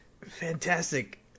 fantastic